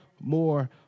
more